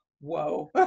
whoa